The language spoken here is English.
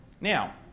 Now